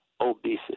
obesity